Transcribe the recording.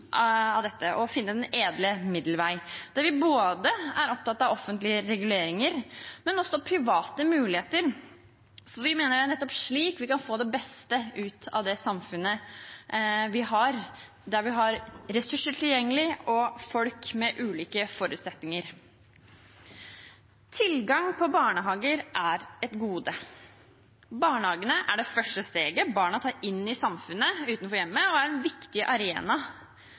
av dette, å finne den gylne middelvei, der vi er opptatt både av offentlige reguleringer og private muligheter. Vi mener det er nettopp slik vi kan få det beste ut av det samfunnet vi har – der vi har ressurser tilgjengelig, og folk med ulike forutsetninger. Tilgang på barnehager er et gode. Barnehagene er det første steget barna tar inn i samfunnet utenfor hjemmet og er en viktig arena